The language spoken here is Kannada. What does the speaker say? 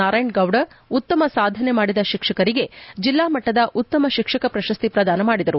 ನಾರಾಯಣ್ ಗೌಡ ಉತ್ತಮ ಸಾಧನೆ ಮಾಡಿದ ಶಿಕ್ಷಕರಿಗೆ ಜಿಲ್ಲಾ ಮಟ್ಟದ ಉತ್ತಮ ಶಿಕ್ಷಕ ಪ್ರಶಸ್ತಿ ಪ್ರದಾನ ಮಾಡಿದರು